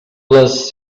les